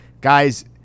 Guys